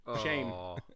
Shame